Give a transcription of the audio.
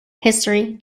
history